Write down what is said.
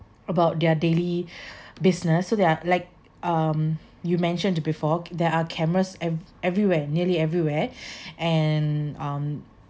about their daily business so they are like um you mentioned it before there are cameras eve~ everywhere nearly everywhere and um